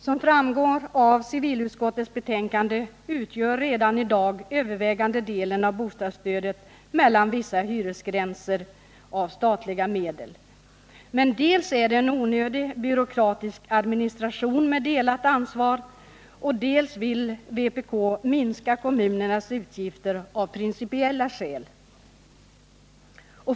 Som framgår av civilutskottets betänkande utgör redan i dag statliga medel den övervägande delen av bostadsstödet mellan vissa hyresgränser. Det är vidare en onödig byråkratisk administration med delat ansvar, och vpk vill dessutom minska kommunernas utgifter av principiella skäl.